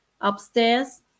upstairs